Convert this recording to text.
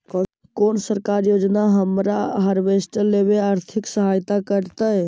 कोन सरकारी योजना हमरा हार्वेस्टर लेवे आर्थिक सहायता करतै?